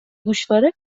گوشواره